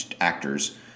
actors